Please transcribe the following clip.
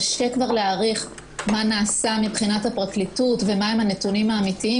קשה כבר להעריך מה נעשה מבחינת הפרקליטות ומה הם הנתונים האמיתיים